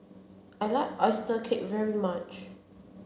I like oyster cake very much